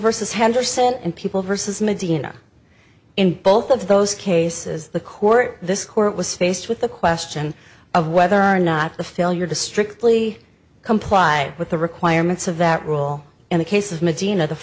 versus henderson and people versus medina in both of those cases the court this court was faced with the question of whether or not the failure to strictly comply with the requirements of that rule in the case of medina the